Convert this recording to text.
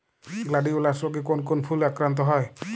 Gladiolus রোগে কোন কোন ফুল আক্রান্ত হয়?